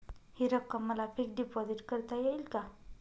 हि रक्कम मला फिक्स डिपॉझिट करता येईल का?